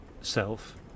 self